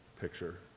picture